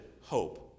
hope